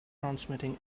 transmitting